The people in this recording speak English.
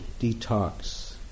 detox